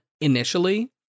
initially